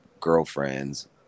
girlfriends